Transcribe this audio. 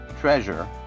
treasure